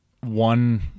one